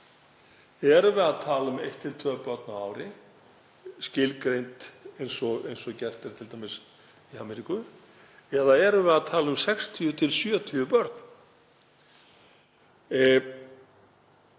Erum við að tala um eitt til tvö börn á ári, skilgreind eins og gert er t.d. í Ameríku, eða erum við að tala um 60–70 börn?